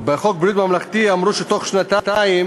בחוק ביטוח בריאות ממלכתי נאמר שבתוך שנתיים